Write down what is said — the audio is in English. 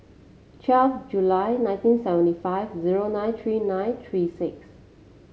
twelve July nineteen seventy five zero nine three nine three six